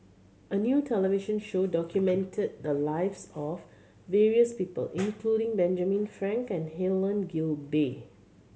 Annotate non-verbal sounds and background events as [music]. a new television show documented the lives of various people [noise] including Benjamin Frank and Helen Gilbey